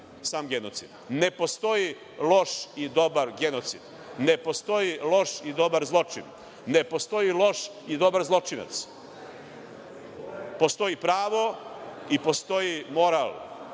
sam genocid. Ne postoji loš i dobar genocid. Ne postoji loš i dobar zločin. Ne postoji loš i dobar zločinac. Postoji pravo i postoji moral